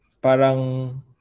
parang